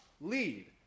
lead